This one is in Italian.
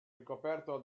ricoperto